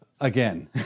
Again